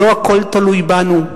לא הכול תלוי בנו,